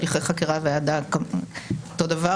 חוק הליכי חקירה והעדה אותו דבר,